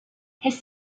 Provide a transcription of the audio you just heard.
his